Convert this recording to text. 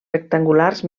rectangulars